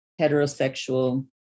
heterosexual